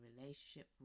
relationship